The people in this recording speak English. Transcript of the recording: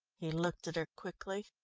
he looked at her quickly.